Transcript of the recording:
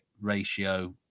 ratio